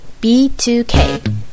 B2K